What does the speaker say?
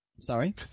Sorry